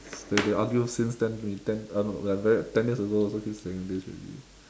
like they argue since ten mil~ ten uh no we are very ten years ago also keep saying this already